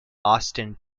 austin